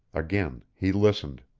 again he listened.